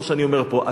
כמו שאני אומר פה.